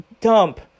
dump